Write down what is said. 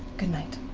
good night.